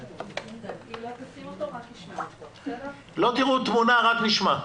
לא תראו תמונה, רק נשמע אותו.